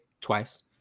twice